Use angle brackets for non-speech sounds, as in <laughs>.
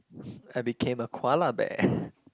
I became a koala bear <laughs>